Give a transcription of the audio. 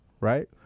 right